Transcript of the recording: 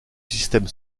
système